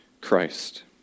Christ